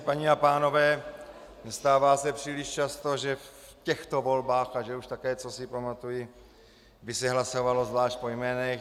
Paní a pánové, nestává se příliš často, že v těchto volbách, a že už také cosi pamatuji, by se hlasovalo zvlášť po jménech.